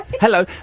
Hello